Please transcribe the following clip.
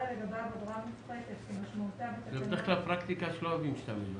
זאת פרקטיקה שלא אוהבים להשתמש בה.